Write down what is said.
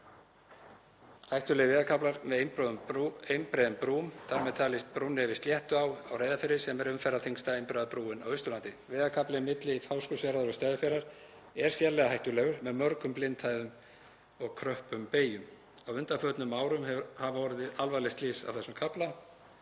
Hættulegir vegarkaflar með einbreiðum brúm, þar með talið brúnni yfir Sléttuá á Reyðarfirði sem er umferðarþyngsta einbreiða brúin á Austurlandi. Vegarkaflinn milli Fáskrúðsfjarðar og Stöðvarfjarðar er sérlega hættulegur með mörgum blindhæðum og kröppum beygjum. Á undanförnum árum hafa orðið alvarleg slys á þessum kafla.“